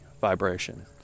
vibration